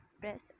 press